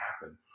happen